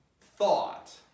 thought